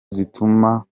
zituma